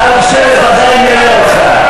נא לשבת, עדיין נראה אותך.